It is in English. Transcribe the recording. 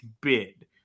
bid